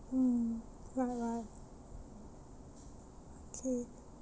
mm right right okay